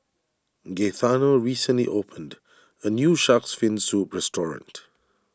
Gaetano recently opened a new Shark's Fin Soup restaurant